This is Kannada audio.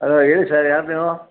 ಹಲೋ ಹೇಳಿ ಸರ್ ಯಾರು ನೀವು